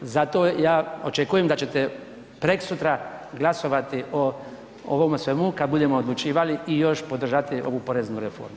Zato ja očekujem da ćete preksutra glasovati o ovome svemu kad budemo odlučivali i još podržati ovu poreznu reformu.